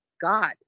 God